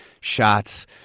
shots